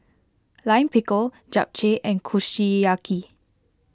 Lime Pickle Japchae and Kushiyaki